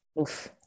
Oof